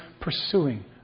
pursuing